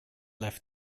left